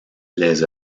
les